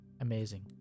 amazing